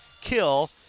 kill